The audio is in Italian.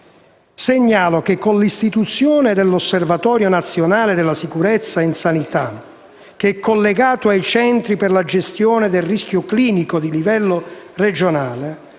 segnalo che, con l'istituzione dell'Osservatorio nazionale sulla sicurezza nella sanità, collegato ai centri per la gestione del rischio clinico di livello regionale,